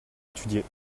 étudier